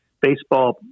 baseball